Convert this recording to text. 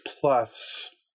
plus